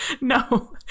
No